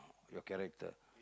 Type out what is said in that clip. your character